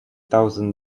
thousand